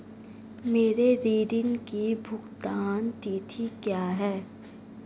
मेरे ऋण की भुगतान तिथि क्या है?